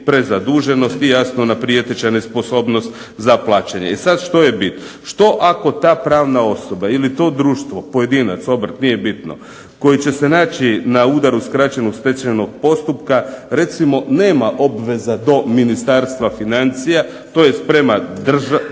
prezaduženost i jasno ona prijeteća nesposobnost za plaćanje. E sad, što je bit? Što ako ta pravna osoba ili to društvo, pojedinac, obrt, nije bitno, koji će se naći na udaru skraćenog stečajnog postupka recimo nema obveza do Ministarstva financija tj. nema obveza